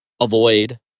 avoid